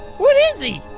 what is he?